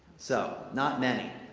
so, not many.